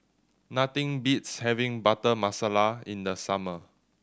nothing beats having Butter Masala in the summer